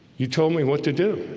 you told me what to do